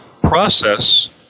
process